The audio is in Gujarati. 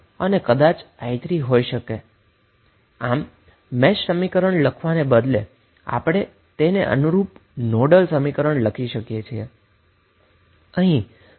તો મેશ સમીકરણ લખવા અને તેને અનુરૂપ નોડલ સમીકરણ શોધવાને બદલે આપણે શુ કરીશુ